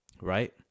right